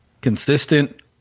consistent